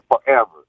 forever